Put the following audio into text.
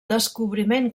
descobriment